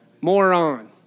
Moron